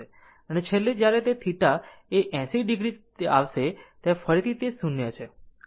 અને છેલ્લે જ્યારે તે θ એ 80 o આવશે ફરીથી છે તે 0 છે